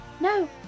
No